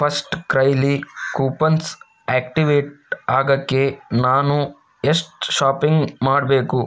first ಕ್ರೈಲಿ coupons activate ಆಗೋಕ್ಕೆ ನಾನು ಎಷ್ಟು ಶಾಪಿಂಗ್ ಮಾಡಬೇಕು